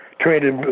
traded